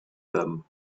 them